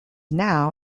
now